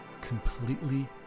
completely